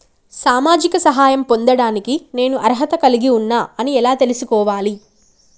సామాజిక సహాయం పొందడానికి నేను అర్హత కలిగి ఉన్న అని ఎలా తెలుసుకోవాలి?